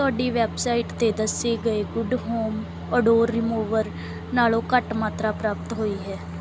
ਤੁਹਾਡੀ ਵੈੱਬਸਾਈਟ 'ਤੇ ਦੱਸੇ ਗਏ ਗੁਡ ਹੋਮ ਓਡੋਰ ਰੀਮੂਵਰ ਨਾਲੋਂ ਘੱਟ ਮਾਤਰਾ ਪ੍ਰਾਪਤ ਹੋਈ ਹੈ